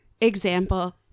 example